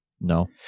No